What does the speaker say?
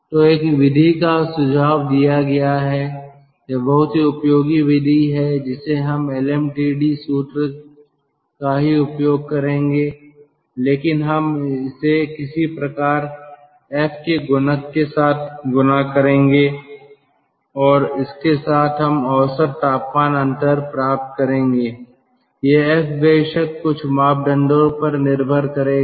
तो एक विधि का सुझाव दिया गया है यह बहुत ही उपयोगी विधि है जिसे हम एलएमटीडी सूत्र का ही उपयोग करेंगे लेकिन हम इसे किसी प्रकार F के गुणक के साथ गुणा करेंगे और इसके साथ हम औसत तापमान अंतर प्राप्त करेंगे यह F बेशक कुछ मापदंडों पर निर्भर करेगा